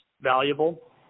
valuable